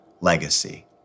legacy